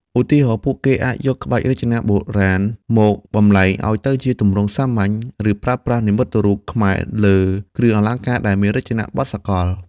ឧទាហរណ៍ ពួកគេអាចយកក្បាច់រចនាបុរាណមកបំប្លែងឱ្យទៅជាទម្រង់សាមញ្ញ ឬប្រើប្រាស់និមិត្តរូបខ្មែរលើគ្រឿងអលង្ការដែលមានរចនាបថសកល។